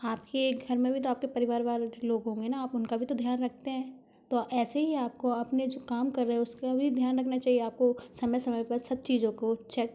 आपके घर में भी तो आपके परिवार वाले लोग होंगे न आप उनका भी तो ध्यान रखते हैं तो ऐसे ही आपको अपने जो काम कर रहे उसका भी ध्यान रखना चाहिए आपको समय समय पर सब चीजों को चेक